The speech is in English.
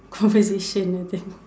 conversation I think